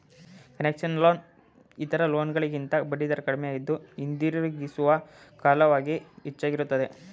concessional loan ಇತರ loan ಗಳಿಗಿಂತ ಬಡ್ಡಿದರ ಕಡಿಮೆಯಿದ್ದು, ಹಿಂದಿರುಗಿಸುವ ಕಾಲವಾಗಿ ಹೆಚ್ಚಾಗಿರುತ್ತದೆ